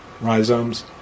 rhizomes